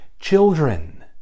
children